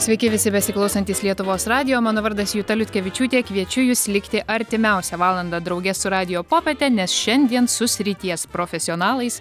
sveiki visi besiklausantys lietuvos radijo mano vardas juta liutkevičiūtė kviečiu jus likti artimiausią valandą drauge su radijo popiete nes šiandien su srities profesionalais